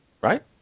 right